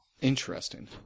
Interesting